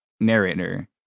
narrator